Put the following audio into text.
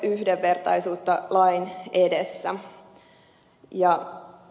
italien frankrike danmark osv